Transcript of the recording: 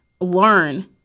learn –